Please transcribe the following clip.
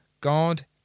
God